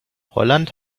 holland